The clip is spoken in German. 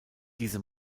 diese